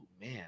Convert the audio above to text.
man